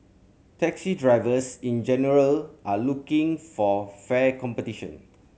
taxi drivers in general are looking for fair competition